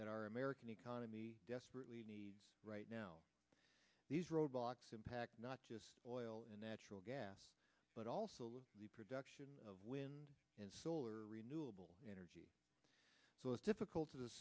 that our american economy desperately needs right now these robots impact not just oil and natural gas but also with the production of wind and solar renewable energy so it's difficult to